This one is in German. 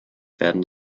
werden